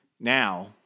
Now